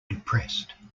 depressed